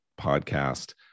Podcast